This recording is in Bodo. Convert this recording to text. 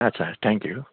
आच्चा थेंक इउ